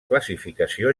classificació